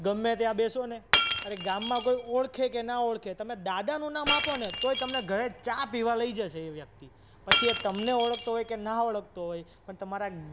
ગમે ત્યાં બેસો ને અરે ગામમાં કોઈ ઓળખે કે ના ઓળખે તમે દાદાનું નામ આપો ને તોય તમને ઘરે ચા પીવા લઈ જશે એ વ્યક્તિ પછી એ તમને ઓળખતો હોય કે ના ઓળખતો હોય પણ તમારા